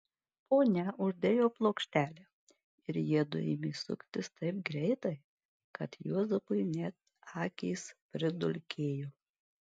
ponia uždėjo plokštelę ir jiedu ėmė suktis taip greitai kad juozapui net akys pridulkėjo